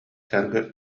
саргы